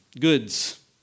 Goods